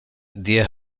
diez